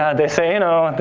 they say you know,